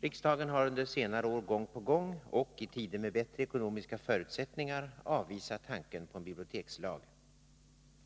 Riksdagen har under senare år gång på gång och i tider med bättre ekonomiska förutsättningar avvisat tanken på en bibliotekslag.